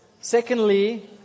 Secondly